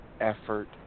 effort